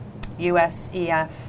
USEF